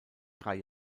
drei